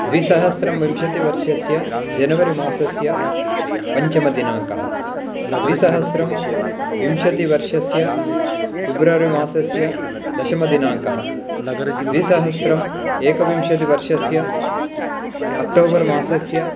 द्विसहस्रं विंशतिवर्षस्य जनवरि मासस्य पञ्चमदिनाङ्कः द्विसहस्रं विंशतवर्षस्य फ़ेब्रवरि मासस्य दशमदिनाङ्कः द्विसहस्रम् एकविंशतिवर्षस्य अक्टोबर् मासस्य